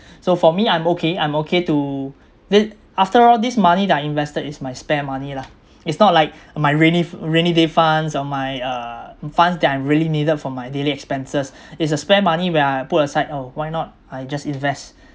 so for me I'm okay I'm okay to this after all this money that I invested is my spare money lah it's not like my rainy f~ rainy day funds or my uh funds that I really needed for my daily expenses it's a spare money where I put aside oh why not I just invest